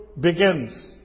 begins